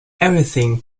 everything